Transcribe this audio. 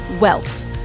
wealth